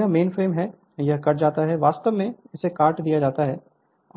और यह मेनफ्रेम है यह कट जाता है वास्तव में इसे काट दिया जाता है